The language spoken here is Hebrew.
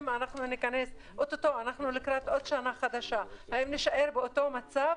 אנחנו לקראת שנה חדשה והשאלה היא האם נישאר באותו מצב.